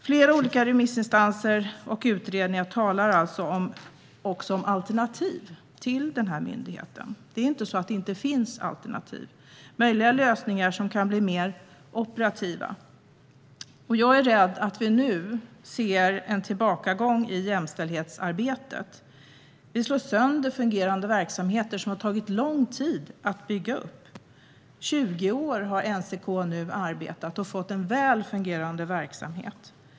Flera olika remissinstanser och utredningar talar om alternativ till den här myndigheten. Det är inte så att det inte finns alternativ och möjliga lösningar som kan bli mer operativa. Jag är rädd att vi nu ser en tillbakagång i jämställdhetsarbetet. Vi slår sönder fungerande verksamheter som det har tagit lång tid att bygga upp. NCK har arbetat i 20 år och fått en väl fungerande verksamhet.